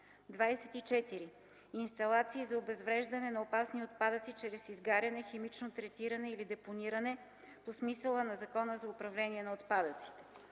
24. Инсталации за обезвреждане на опасни отпадъци чрез изгаряне, химично третиране или депониране по смисъла на Закона за управление на отпадъците.